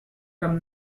from